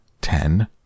Ten